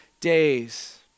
days